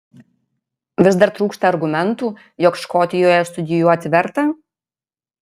vis dar trūksta argumentų jog škotijoje studijuoti verta